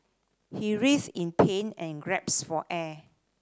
he writhed in pain and grasped for air